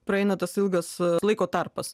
praeina tas ilgas laiko tarpas